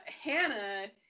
Hannah